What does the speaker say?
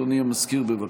אדוני המזכיר, בבקשה.